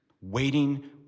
waiting